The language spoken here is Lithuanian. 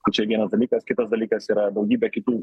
tai čia vienas dalykas kitas dalykas yra daugybė kitų